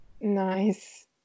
Nice